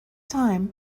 time